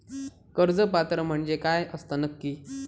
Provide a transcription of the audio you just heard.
कर्ज पात्र म्हणजे काय असता नक्की?